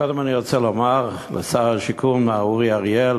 קודם כול אני רוצה לומר לשר השיכון מר אורי אריאל,